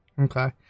Okay